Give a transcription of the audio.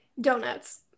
donuts